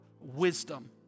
wisdom